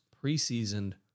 pre-seasoned